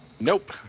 Nope